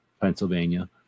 Pennsylvania